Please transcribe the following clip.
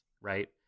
right